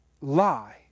lie